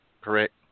correct